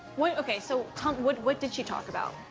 what okay, so tell what what did she talk about?